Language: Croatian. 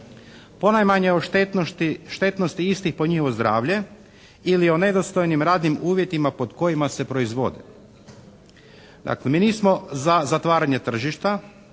Ponajmanje o štetnosti istih po njihovo zdravlje ili o nedostojnim radnim uvjetima pod kojima se proizvode. Dakle, mi nismo za zatvaranje tržišta